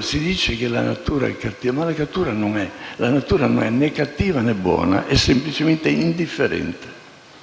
Si dice che la natura è cattiva; la natura non è cattiva, né buona; è completamente indifferente,